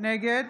נגד